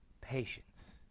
patience